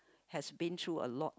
has been through a lot